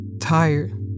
tired